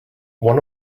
one